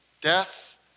death